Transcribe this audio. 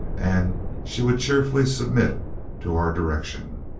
and she would cheerfully submit to our direction.